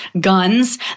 guns